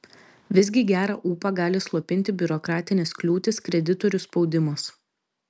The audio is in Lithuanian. visgi gerą ūpą gali slopinti biurokratinės kliūtys kreditorių spaudimas